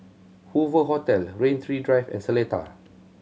Hoover Hotel Rain Tree Drive and Seletar